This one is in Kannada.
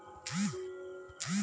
ಚಹಾ ಬೆಳೆಯನ್ನು ಹೇಗೆ ಬೆಳೆಯುತ್ತಾರೆ?